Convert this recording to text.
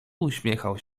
uśmiechał